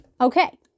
Okay